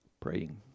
Praying